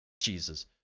Jesus